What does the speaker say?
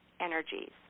energies